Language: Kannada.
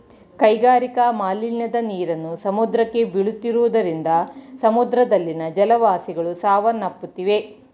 ಕೈಗಾರಿಕಾ ಮಾಲಿನ್ಯದ ನೀರನ್ನು ಸಮುದ್ರಕ್ಕೆ ಬೀಳುತ್ತಿರುವುದರಿಂದ ಸಮುದ್ರದಲ್ಲಿನ ಜಲವಾಸಿಗಳು ಸಾವನ್ನಪ್ಪುತ್ತಿವೆ